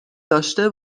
داشته